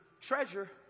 treasure